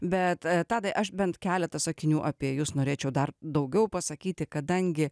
bet tadai aš bent keletą sakinių apie jus norėčiau dar daugiau pasakyti kadangi